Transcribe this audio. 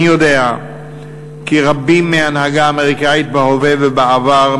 אני יודע כי רבים מההנהגה האמריקנית בהווה ובעבר,